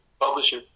publisher